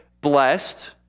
blessed